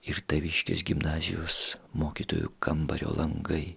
ir taviškės gimnazijos mokytojų kambario langai